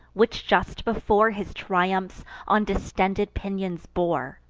which just before his triumphs on distended pinions bore.